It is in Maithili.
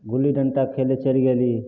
गुल्ली डण्टा खेले चलि गेली